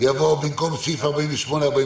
במקום סעיף 48 יבוא סעיף 49,